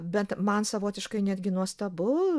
bet man savotiškai netgi nuostabu